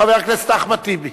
חבר הכנסת אחמד טיבי.